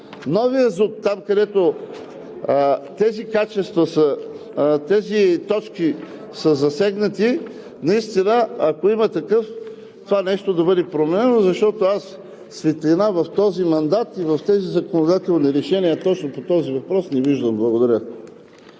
новия ЗУТ, там, където тези точки са засегнати, наистина, ако има такъв, това нещо да бъде променено, защото аз светлина в този мандат и в тези законодателни решения точно по този въпрос не виждам. Благодаря.